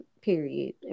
period